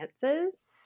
chances